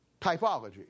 Typology